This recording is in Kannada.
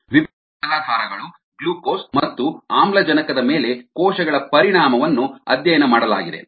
ವಿಭಿನ್ನ ತಲಾಧಾರಗಳು ಗ್ಲೂಕೋಸ್ ಮತ್ತು ಆಮ್ಲಜನಕದ ಮೇಲೆ ಕೋಶಗಳ ಪರಿಣಾಮವನ್ನು ಅಧ್ಯಯನ ಮಾಡಲಾಗಿದೆ